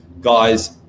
guys